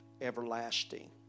everlasting